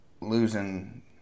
losing